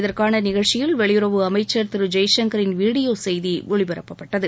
இதற்கான நிகழ்ச்சியில் வெளியுறவு அமைச்சர் திரு ஜெய்சங்கரின் வீடியோ செய்தி ஒளிபரப்பப்பட்டது